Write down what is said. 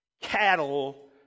Cattle